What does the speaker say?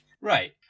Right